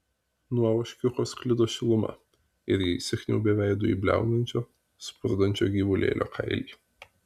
nuo ožkiuko sklido šiluma ir ji įsikniaubė veidu į bliaunančio spurdančio gyvulėlio kailį